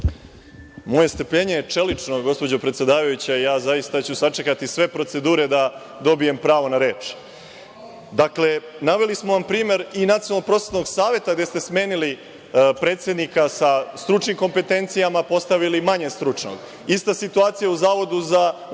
Moje strpljenje je čelično gospođo predsedavajuća, ja ću zaista sačekati sve procedure da dobijem pravo na reč. Dakle, naveli smo vam primer i Nacionalnog prosvetnog saveta gde ste smenili predsednika sa stručnim kompetencijama, postavili manje stručnog. Ista situacija u Zavodu za unapređenje